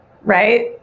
right